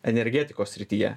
energetikos srityje